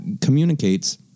communicates